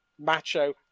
macho